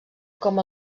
com